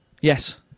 Yes